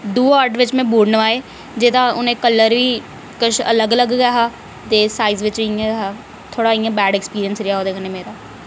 दो वर्ड बिच में बोलना ऐ जेह्दा हून एह् कलर बी किश अलग अलग ई ऐ हा ते साईज़ बिच इं'या गै ऐ हा थोह्ड़ा इं'या बैड एक्सपीरियंस रेहा मेरा इ'यां